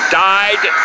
died